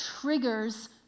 triggers